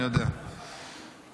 אני יודע, אדוני, אני יודע.